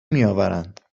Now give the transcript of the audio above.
میآورند